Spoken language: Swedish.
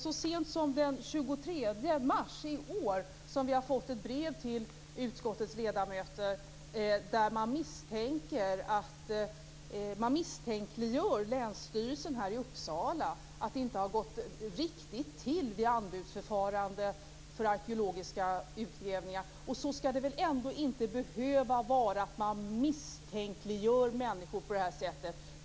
Så sent som den 23 mars i år fick utskottets ledamöter ett brev, där man misstänkliggör länsstyrelsen i Uppsala för att anbudsförfarandet när det gäller arkeologiska utgrävningar inte har gått riktigt till. Så skall det väl ändå inte behöva vara! Man skall inte misstänkliggöra människor på det här sättet.